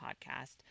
podcast